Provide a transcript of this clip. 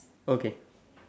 okay